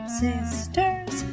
sisters